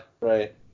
Right